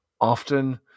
often